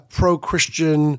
pro-Christian